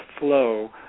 flow